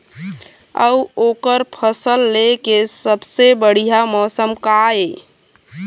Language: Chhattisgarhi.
अऊ ओकर फसल लेय के सबसे बढ़िया मौसम का ये?